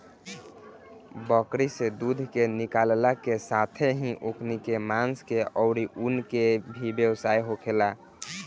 बकरी से दूध के निकालला के साथेही ओकनी के मांस के आउर ऊन के भी व्यवसाय होखेला